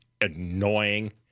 annoying